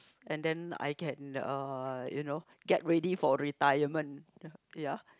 and then I can uh you know get ready for retirement ya